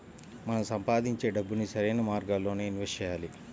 మనం సంపాదించే డబ్బుని సరైన మార్గాల్లోనే ఇన్వెస్ట్ చెయ్యాలి